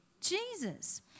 Jesus